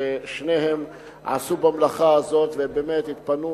ששניהם עשו במלאכה הזאת ובאמת התפנו,